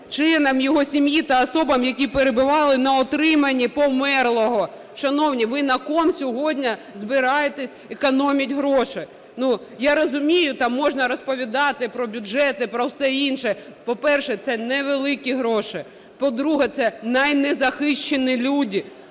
членам його сім'ї та особам, які перебували на утриманні померлого. Шановні, ви на кому сьогодні збираєтесь економити гроші? Я розумію, можна розповідати про бюджет і про все інше. По-перше, це невеликі гроші. По-друге, це найнезахищені люди.